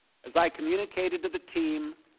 as i communicated to the team,